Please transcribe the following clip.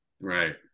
Right